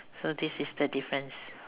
so this is the difference